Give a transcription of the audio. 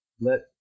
let